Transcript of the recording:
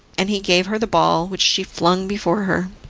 and he gave her the ball, which she flung before her.